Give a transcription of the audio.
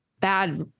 bad